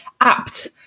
apt